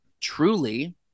truly